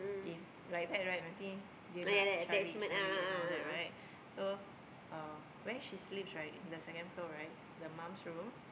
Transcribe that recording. if like that right nanti dia hendak cari cari and all that right so uh where she sleeps right the second floor right the mom's room